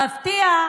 המפתיע,